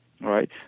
right